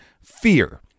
fear